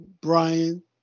Brian